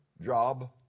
Job